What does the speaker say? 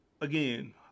again